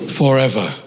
forever